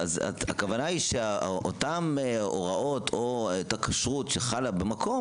הכוונה היא שאותם הוראות או אותה כשרות שחלה במקום